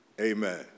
amen